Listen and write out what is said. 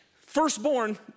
firstborn